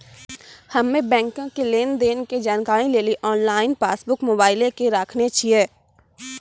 हम्मे बैंको के लेन देन के जानकारी लेली आनलाइन पासबुक मोबाइले मे राखने छिए